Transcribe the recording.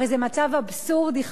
הרי זה מצב אבסורדי,